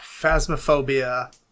Phasmophobia